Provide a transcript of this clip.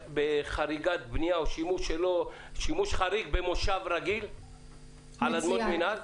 בחריגת בנייה או שימוש חריג במושב רגיל על אדמות מנהל.